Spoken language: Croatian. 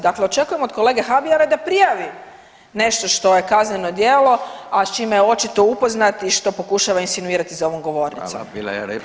Dakle očekujem od kolege Habijana da prijavi nešto što je kazneno djelo, a s čime je očito upoznat i što pokušava insinuirati za ovom govornicom.